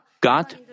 God